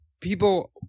people